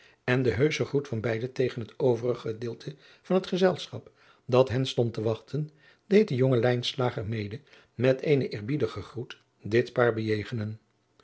en de heusche groet van beide tegen het overig gedeelte van het gezelschap dat hen stond te wachten deed den jongen lijnslager mede met eenen eerbiedigen groet dit paar